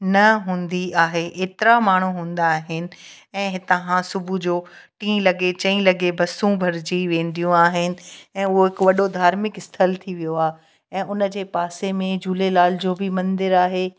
न हूंदी आहे एतिरा माण्हू हूंदा आहिनि ऐं हितां खां सुबुह जो टीं लॻे चईं लॻे बसूं भरिजी वेंदियूं आहिनि ऐं उहो हिकु वॾो धार्मिक स्थल थी वियो आहे ऐं उनजे पासे में झूलेलाल जो बि मंदरु आहे